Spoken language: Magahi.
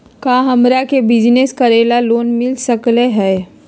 का हमरा के बिजनेस करेला लोन मिल सकलई ह?